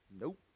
Nope